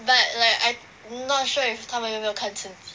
but like I not sure if 他们有没有看成绩